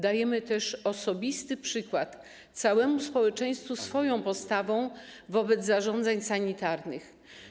Dajemy też osobisty przykład całemu społeczeństwu swoją postawą wobec zarządzeń sanitarnych.